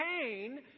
pain